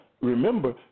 remember